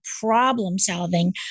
problem-solving